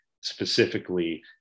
specifically